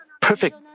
perfect